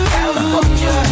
California